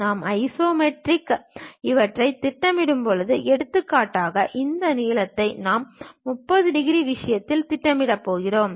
நாம் ஐசோமெட்ரிக்கில் இவற்றை திட்டமிடும்போது எடுத்துக்காட்டாக இந்த நீளத்தை நாம் 30 டிகிரி விஷயத்தில் திட்டமிடப் போகிறோம்